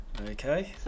Okay